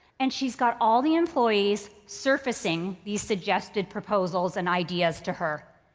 and she's got all the employees surfacing these suggested proposals and ideas to her.